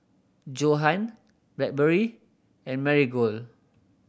Johan Blackberry and Marigold